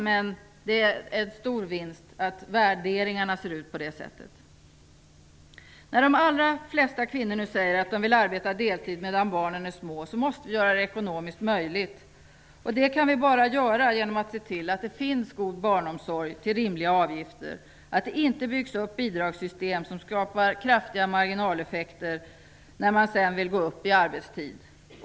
Men det är en stor vinst att värderingarna ser ut på det sättet. Då de allra flesta kvinnor säger att de vill arbeta deltid medan barnen är små måste vi göra det ekonomiskt möjligt. Det kan vi bara göra genom att se till att det finns god barnomsorg till rimliga avgifter och att det inte byggs upp bidragssystem som skapar kraftiga marginaleffekter när man sedan vill gå upp i arbetstid.